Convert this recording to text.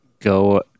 go